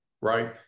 right